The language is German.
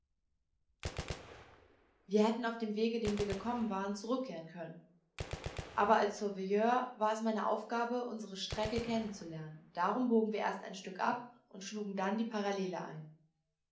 wir hätten auf dem wege den wir gekommen waren zurückkehren können aber als surveyor war es meine aufgabe unsere strecke kennen zu lernen darum bogen wir erst ein stück ab und schlugen dann die parallele ein